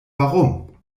warum